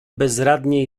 bezradnie